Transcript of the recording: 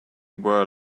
were